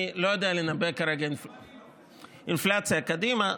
אני לא יודע לנבא כרגע אינפלציה קדימה.